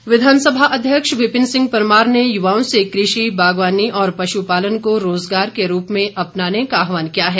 परमार विधानसभा अध्यक्ष विपिन सिंह परमार ने युवाओं से कृषि बागवानी और पशुपालन को रोजगार के रूप में अपनाने का आहवान किया है